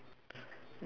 then blue